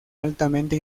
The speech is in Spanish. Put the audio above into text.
altamente